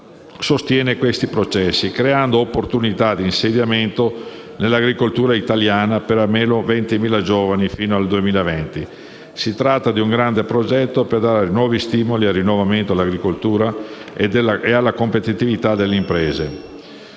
sostiene questi processi, creando opportunità di insediamento nell'agricoltura italiana per almeno 20.000 giovani fino al 2020. Si tratta di un grande progetto per dare nuovi stimoli al rinnovamento dell'agricoltura e alla competitività delle imprese.